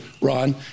Ron